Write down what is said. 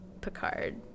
Picard